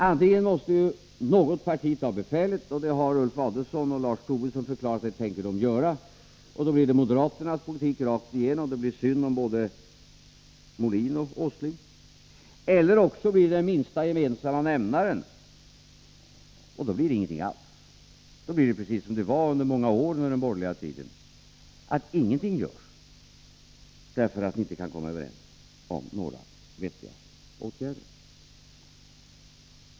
Antingen måste ju något parti ta befälet — och det har Ulf Adelsohn och Lars Tobisson förklarat att de tänker göra, och då blir det moderaternas politik rakt igenom, det blir synd om både Molin och Åsling —, eller också blir det den minsta gemensamma nämnaren — och då blir det ingenting alls, då blir det precis som det var under många år under den borgerliga tiden, att ingenting görs därför att ni inte kan komma överens om några vettiga åtgärder.